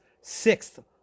sixth